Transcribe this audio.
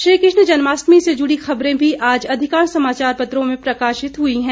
श्रीकृष्ण जन्माष्टमी से जुड़ी खबरें भी आज अधिकांश समाचार पत्रों में प्रकाशित हुई हैं